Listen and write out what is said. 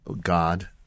God